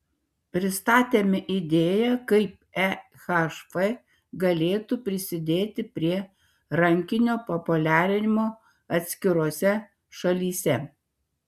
pristatėme idėją kaip ehf galėtų prisidėti prie rankinio populiarinimo atskirose šalyse